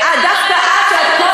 ודווקא את,